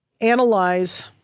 analyze